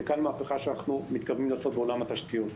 זה מהפכה שאנחנו מתכוונים לעשות בעולם התשתיות.